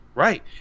Right